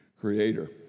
creator